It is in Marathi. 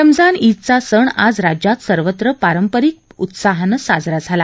रमजान ईद चा सण आज राज्यात सर्वत्र पारंपरिक उत्साहाने साजरा झाला